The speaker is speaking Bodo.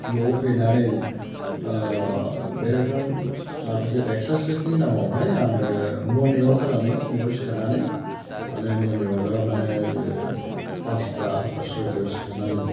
न'आव फैनानै बे रोखोम माखासे एक्सारसायसनि नामावहाय आङो मरनिं वाक खालामो फुङाव सिखारनानै माने मरनिं वाकआ माने पासथा बा सयथायाव सिखारनानै